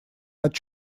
над